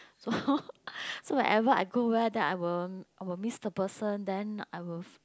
so so whenever I go where then I will I will miss the person then I will